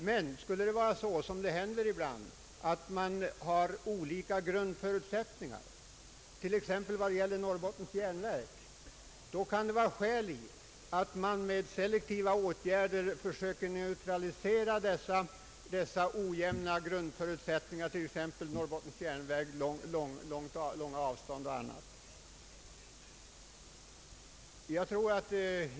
Men skulle det vara så, vilket händer ibland, att man har olika grundförutsättningar, kan det finnas skäl att med selektiva åtgärder försöka neutralisera dessa ojämna grundförutsättningar, såsom t.ex. när det gäller Norrbottens Järnverks geografiska läge med långa avstånd o. s. v.